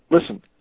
Listen